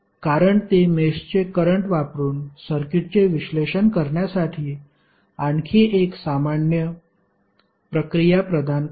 कारण ते मेषचे करंट वापरुन सर्किटचे विश्लेषण करण्यासाठी आणखी एक सामान्य प्रक्रिया प्रदान करते